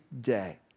day